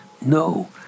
No